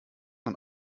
man